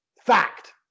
Fact